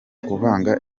kuvanga